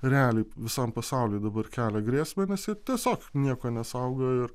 realiai visam pasauliui dabar kelia grėsmę nes jie tiesiog nieko nesaugo ir